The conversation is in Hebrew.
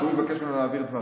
כשהוא יבקש ממנו להעביר דברים,